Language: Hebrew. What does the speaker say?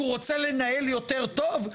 כי הוא רוצה לנהל יותר טוב?